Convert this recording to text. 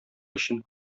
өчен